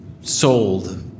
sold